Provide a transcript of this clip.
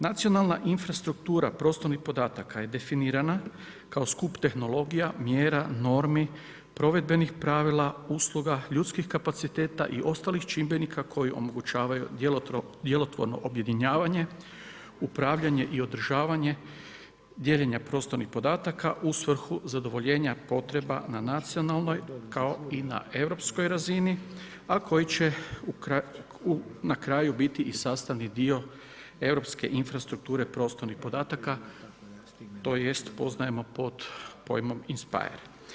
Nacionalna infrastruktura prostornih podataka je definirana kao skup tehnologija, mjera, normi, provedbenih pravila, usluga, ljudskih kapaciteta i ostalih čimbenika koji omogućavaju djelotvorno objedinjavanje, upravljanje i održavanje dijeljenja prostornih podataka u svrhu zadovoljenja potreba na nacionalnoj kao i na europskoj razini a koji će na kraju biti i sastavni dio europske infrastrukture prostornih podataka tj. poznajemo pod pojmom inspire.